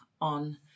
on